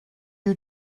you